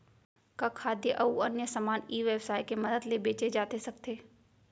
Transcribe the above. का खाद्य अऊ अन्य समान ई व्यवसाय के मदद ले बेचे जाथे सकथे?